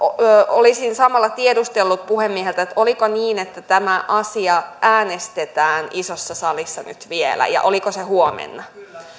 olisin samalla tiedustellut puhemieheltä oliko niin että tämä asia äänestetään isossa salissa nyt vielä ja oliko se huomenna